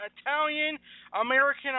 Italian-American